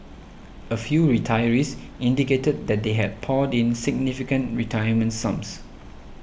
a few retirees indicated that they had poured in significant retirement sums